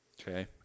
Okay